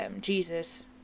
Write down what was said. jesus